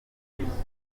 hatangira